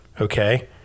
okay